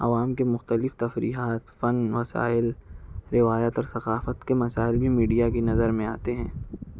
عوام کے مختلف تفریحات فن مسائل روایت اور ثقافت کے مسائل بھی میڈیا کی نظر میں آتے ہیں